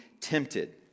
tempted